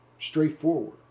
straightforward